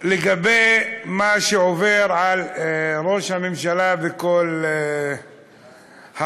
לגבי מה שעובר על ראש הממשלה וכל החקירות,